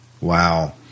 Wow